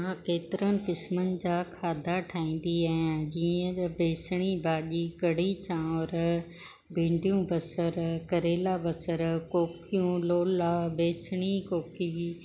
मां केतिरियुनि क़िस्मनि जा खाधा ठाहींदी आहियां जीअं त बेसिणी भाॼी कढ़ी चांवर भिंडियूं बसर करेला बसर कोकियूं लोला बेसिणी कोकी